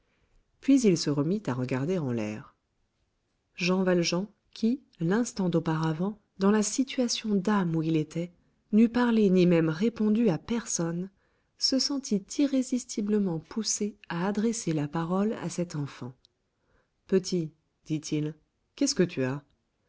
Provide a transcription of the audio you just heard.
puis il se remit à regarder en l'air jean valjean qui l'instant d'auparavant dans la situation d'âme où il était n'eût parlé ni même répondu à personne se sentit irrésistiblement poussé à adresser la parole à cet enfant petit dit-il qu'est-ce que tu as